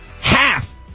Half